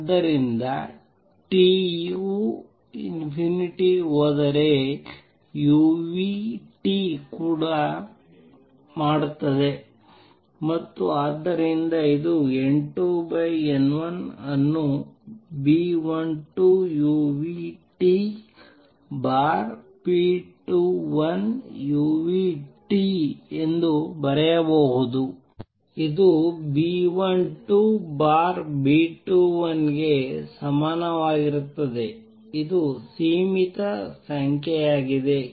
ಆದ್ದರಿಂದ t U ಹೋದರೆ uT ಕೂಡ ಮಾಡುತ್ತದೆ ಮತ್ತು ಆದ್ದರಿಂದ ಇದು N2 N1 ಅನ್ನು B12uTB21uT ಎಂದು ಬರೆಯಬಹುದು ಇದು B12B21ಗೆ ಸಮಾನವಾಗಿರುತ್ತದೆ ಇದು ಸೀಮಿತ ಸಂಖ್ಯೆಯಾಗಿದೆ